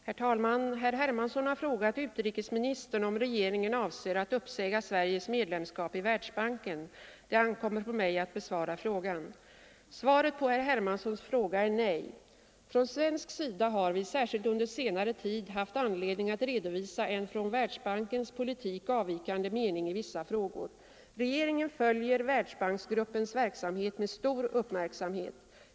Herr talman! Herr Hermansson har frågat utrikesministern om regeringen avser att uppsäga Sveriges medlemskap i Världsbanken. Det ankommer på mig att besvara frågan. Svaret på herr Hermanssons fråga är nej. Från svensk sida har vi, särskilt under senare tid, haft anledning att redovisa en från Världsbankens politik avvikande mening i vissa frågor. Regeringen följer Världsbanksgruppens verksamhet med stor uppmärksamhet.